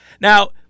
Now